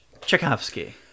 Tchaikovsky